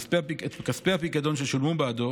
את כספי הפיקדון ששולמו בעדו